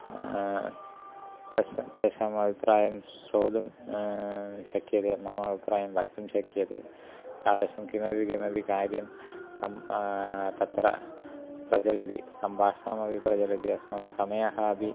तस्य तेषाम् अभिप्रायं श्रोतुं शक्यते मम अभिप्रायं वक्तुं शक्यते तादृशं किमपि किमपि कार्यं सम् तत्र प्रचलति सम्भाषणमपि प्रचलति अस्माकं समयः अपि